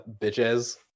bitches